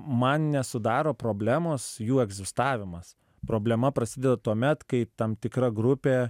man nesudaro problemos jų egzistavimas problema prasideda tuomet kai tam tikra grupė